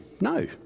no